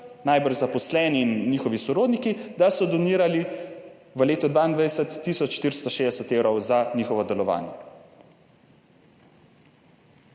najbrž zaposleni in njihovi sorodniki, da so donirali v letu 2022 tisoč 460 evrov za njihovo delovanje.